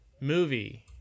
movie